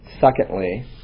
secondly